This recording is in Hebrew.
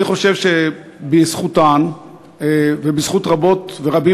אני חושב שבזכותן ובזכות רבות ורבים